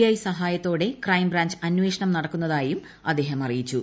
I സഹായത്തോടെ crime branch അന്വേഷണം നടക്കുന്നതായും അദ്ദേഹം അറിയിച്ചു